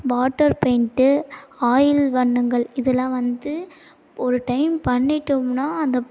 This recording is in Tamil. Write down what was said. வாட்டர் பெயிண்ட்டு ஆயில் வண்ணங்கள் இதெல்லாம் வந்து ஒரு டைம் பண்ணிட்டோம்னால் அந்த